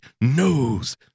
knows